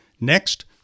Next